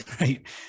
right